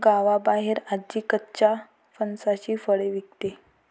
गावाबाहेर आजी कच्च्या फणसाची फळे विकते